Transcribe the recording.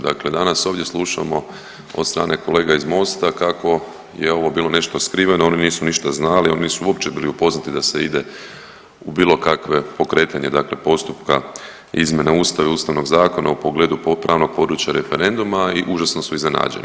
Dakle danas ovdje slušamo od strane kolega iz Mosta kako je ovo bilo nešto skriveno, oni nisu ništa znali, oni nisu uopće bili upoznati da se ide u bilo kakve pokretanje dakle postupka izmjena Ustava i ustavnog zakona u pogledu pravnog područja referenduma i užasno su iznenađeni.